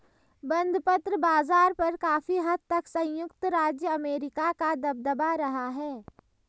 बंधपत्र बाज़ार पर काफी हद तक संयुक्त राज्य अमेरिका का दबदबा रहा है